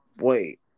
Wait